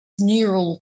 neural